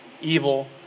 evil